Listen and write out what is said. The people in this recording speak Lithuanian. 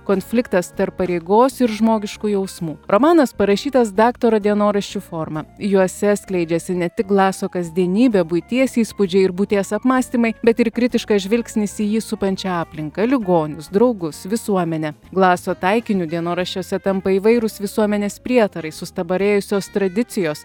konfliktas tarp pareigos ir žmogiškų jausmų romanas parašytas daktaro dienoraščių forma juose skleidžiasi ne tik glaso kasdienybė buities įspūdžiai ir būties apmąstymai bet ir kritiškas žvilgsnis į jį supančią aplinką ligonius draugus visuomenę glaso taikiniu dienoraščiuose tampa įvairūs visuomenės prietarai sustabarėjusios tradicijos